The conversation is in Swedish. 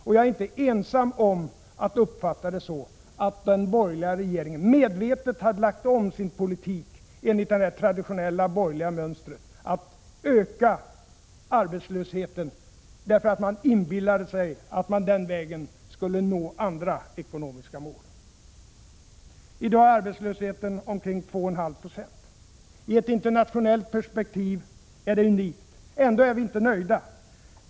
Och jag är inte ensam om att uppfatta det så att den borgerliga regeringen medvetet hade lagt om sin politik enligt det traditionella borgerliga mönstret, att öka arbetslösheten därför att man inbillar sig att man den vägen skulle nå andra ekonomiska mål. I dag är arbetslösheten omkring 2,5 26. I ett internationellt perspektiv är det unikt. Ändå är vi inte nöjda.